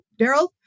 Daryl